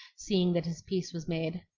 seeing that his peace was made.